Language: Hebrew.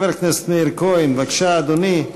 חבר הכנסת מאיר כהן, בבקשה, אדוני.